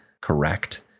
correct